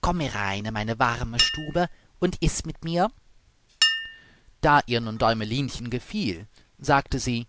komm herein in meine warme stube und iß mit mir da ihr nun däumelinchen gefiel sagte sie